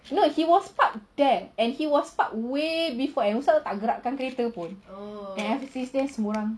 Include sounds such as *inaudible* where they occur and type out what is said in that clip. no he was parked there he was parked way before so tak gerakkan kereta pun *noise* semua orang